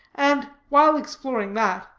and, while exploring that,